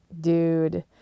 Dude